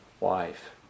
Wife